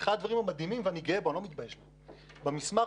אחד הדברים שאני גאה בו אני לא מתבייש בו זה שבין מסמך